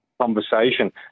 conversation